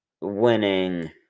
winning